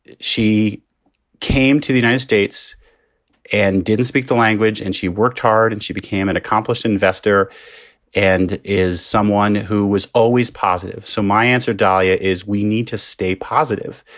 she came to the united states and didn't speak the language. and she worked hard. and she became an accomplished investor and is someone who was always positive. so my answer, dalia, is we need to stay positive.